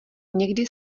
někdy